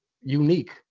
unique